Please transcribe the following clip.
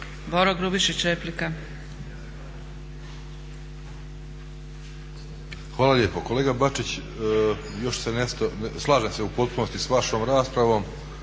Boro (HDSSB)** Hvala lijepo. Kolega Bačić, slažem se u potpunosti s vašom raspravom